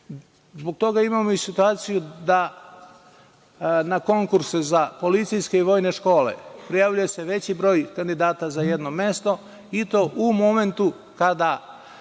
Zbog toga imamo i situaciju da na konkurse za policijske i vojne škole prijavljuje se veći broj kandidata za jedno mesto i to u momentu kada